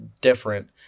different